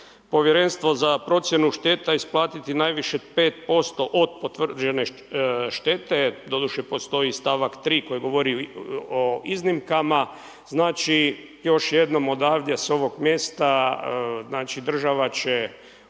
Povjerenstvo za procjenu šteta isplatiti najviše 5% od potvrđene štete, doduše postoji stavak 3. koji govori o iznimkama. Znači još jednom odavdje s ovog mjesta znači država će